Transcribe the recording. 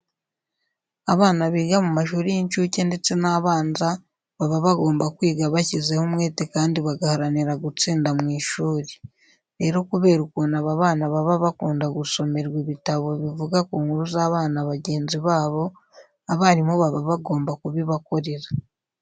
Abana biga mu mashuri y'incuke ndetse n'abanza baba bagomba kwiga bashyizeho umwete kandi bagaharanira gutsinda mu ishuri. Rero kubera ukuntu aba bana baba bakunda gusomerwa ibitabo bivuga ku nkuru z'abana bagenzi babo, abarimu baba bagomba kubibakorera.